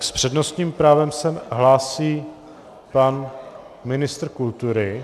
S přednostním právem se hlásí pan ministr kultury.